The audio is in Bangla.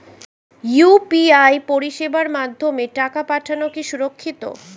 ইউ.পি.আই পরিষেবার মাধ্যমে টাকা পাঠানো কি সুরক্ষিত?